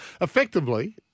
Effectively